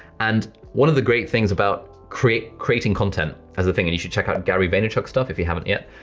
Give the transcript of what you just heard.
and one of the great things about creating creating content as a thing, and you should check out gary vaynerchuk's stuff if you haven't yet,